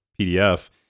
PDF